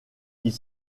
ils